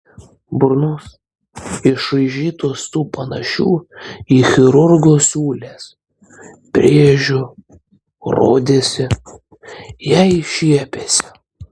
burnos išraižytos tų panašių į chirurgo siūles brėžių rodėsi jai šiepiasi